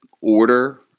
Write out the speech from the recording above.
order